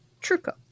Truco